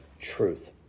truth